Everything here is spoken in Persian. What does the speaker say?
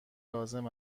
لازم